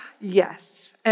Yes